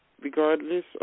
regardless